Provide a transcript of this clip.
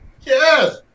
Yes